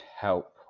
help